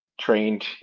trained